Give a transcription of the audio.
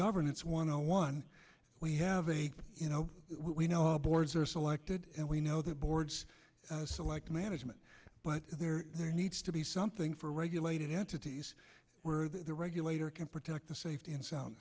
governance one hundred one we have a you know we know boards are selected and we know the boards select management but there needs to be something for regulated entities where the regulator can protect the safety and so